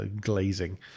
glazing